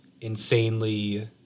insanely